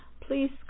please